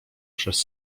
przez